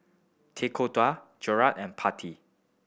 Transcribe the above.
Tekkadon Gyros and